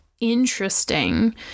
interesting